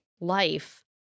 life